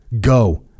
Go